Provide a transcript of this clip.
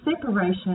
separation